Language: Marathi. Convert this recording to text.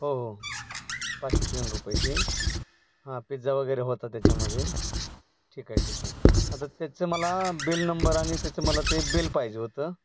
हो हो पाचशे तीन रुपयाची हां पिझ्झा वगैरे होता त्याच्यामध्ये ठीक आहे ठीक आहे हां तर त्याचं मला बिल नंबर आणि त्याचं मला ते बिल पाहिजे होतं